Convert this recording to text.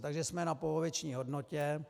Takže jsme na poloviční hodnotě.